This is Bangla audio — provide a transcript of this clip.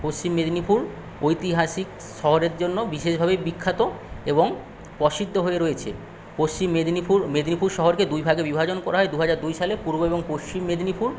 পশ্চিম মেদিনীপুর ঐতিহাসিক শহরের জন্য বিশেষভাবে বিখ্যাত এবং প্রসিদ্ধ হয়ে রয়েছে পশ্চিম মেদিনীপুর মেদিনীপুর শহরকে দুইভাগে বিভাজন করা হয় দু হাজার দুই সালে পূর্ব এবং পশ্চিম মেদিনীপুর